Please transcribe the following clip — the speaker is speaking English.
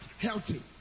healthy